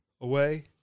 away